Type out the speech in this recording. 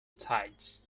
tides